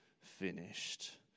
finished